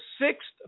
sixth